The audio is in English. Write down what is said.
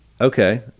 okay